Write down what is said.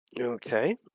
Okay